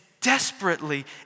desperately